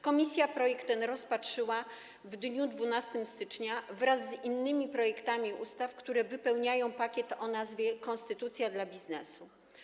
Komisja projekt ten rozpatrzyła w dniu 12 stycznia wraz z innymi projektami ustaw, które wypełniają pakiet o nazwie konstytucja dla biznesu.